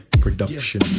production